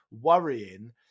worrying